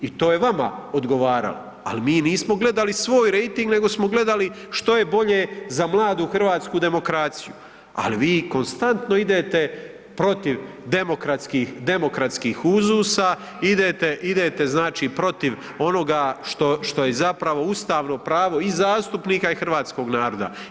I to je vama odgovaralo, ali mi nismo gledali svoj rejting, nego smo gledali što je bolje za mladu hrvatsku demokraciju, ali vi konstantno idete protiv demokratskih, demokratskih uzusa, idete, idete, znači protiv onoga što je zapravo ustavno pravo i zastupnika i hrvatskog naroda.